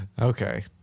Okay